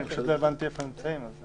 לא הבנתי איפה נמצאים.